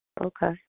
Okay